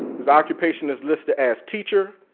his occupation is listed as teacher.